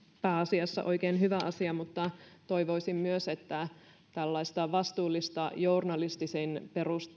pääasiassa oikein hyvä asia mutta toivoisin että tällaista vastuullista journalistisin